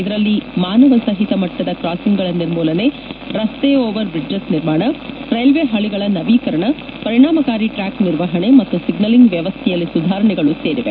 ಇದರಲ್ಲಿ ಮಾನವ ಸಹಿತ ಮಟ್ಟದ ಕಾಸಿಂಗ್ಗಳ ನಿರ್ಮೂಲನೆ ರಸ್ತೆ ಓವರ್ ಬ್ರಿಡ್ಜಸ್ ನಿರ್ಮಾಣ ರೈಲ್ವೆ ಹಳಗಳ ನವೀಕರಣ ಪರಿಣಾಮಕಾರಿ ಟ್ರ್ವಾಕ್ ನಿರ್ವಹಣೆ ಮತ್ತು ಸಿಗ್ನಲಿಂಗ್ ವ್ಣವಸ್ಥೆಯಲ್ಲಿ ಸುಧಾರಣೆಗಳು ಸೇರಿವೆ